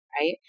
right